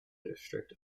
district